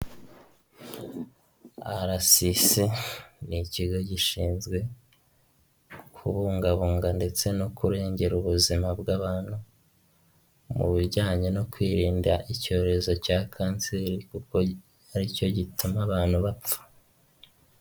RCC ni ikigo gishinzwe kubungabunga ndetse no kurengera ubuzima bw'abantu, mu bijyanye no kwirinda icyorezo cya kanseri kuko ari cyo gituma abantu bapfa.